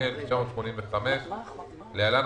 התשמ"ה 1985‏ (להלן,